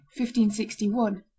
1561